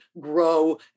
grow